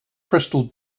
crystal